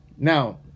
Now